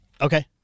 Okay